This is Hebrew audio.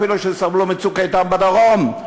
אפילו שסבלו מ"צוק איתן" בדרום,